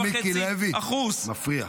חבר הכנסת מיקי לוי, זה מפריע.